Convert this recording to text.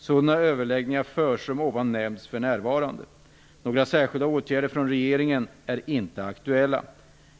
Sådana överläggningar förs som ovan nämnts för närvarande. Några särskilda åtgärder från regeringen är inte aktuella.